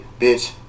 bitch